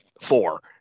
four